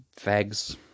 fags